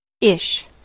Ish